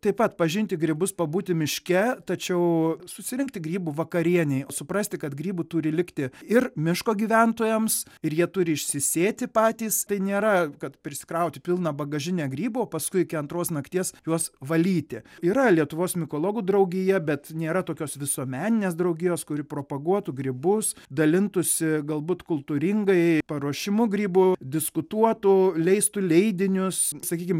taip pat pažinti grybus pabūti miške tačiau susirinkti grybų vakarienei suprasti kad grybų turi likti ir miško gyventojams ir jie turi išsisėti patys tai nėra kad prisikrauti pilną bagažinę grybų o paskui iki antros nakties juos valyti yra lietuvos mikologų draugija bet nėra tokios visuomeninės draugijos kuri propaguotų grybus dalintųsi galbūt kultūringai paruošimu grybų diskutuotų leistų leidinius sakykim